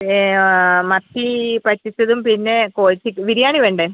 ആ മത്തി പറ്റിച്ചതും പിന്നെ കോഴി ചി ബിരിയാണി വേണ്ടേ